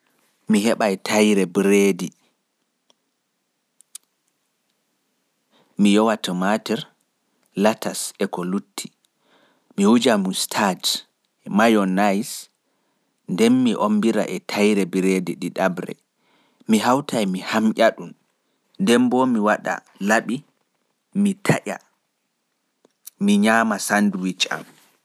Mi heɓai tayre bireedi mi yowa tumatir, latase ko lutti fu. Mi wujai mustard, mayonnaise nden mi ommbira e tayre biredi ɗiɗaɓre.mki hautai mi hamƴa ɗun nden bo mi wata laɓi mi taƴa mi nyaama sandwitch am